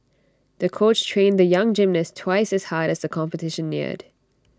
the coach trained the young gymnast twice as hard as the competition neared